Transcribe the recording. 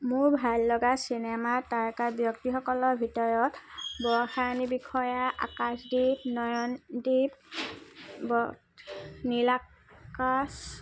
মোৰ ভাল লগা চিনেমা তাৰকা ব্যক্তিসকলৰ ভিতৰত বৰষাৰাণী বিষয়া আকাশদ্বীপ নয়নদীপ ব নীল আকাশ